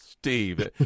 Steve